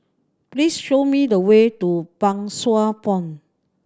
please show me the way to Pang Sua Pond